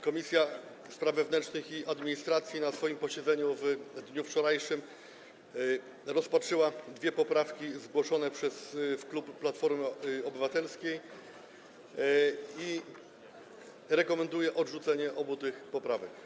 Komisja Spraw Wewnętrznych i Administracji na swoim posiedzeniu w dniu wczorajszym rozpatrzyła dwie poprawki, zgłoszone przez klub Platforma Obywatelska, i rekomenduje odrzucenie obu tych poprawek.